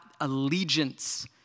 allegiance